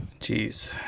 Jeez